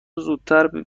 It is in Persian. زودتر